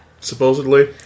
supposedly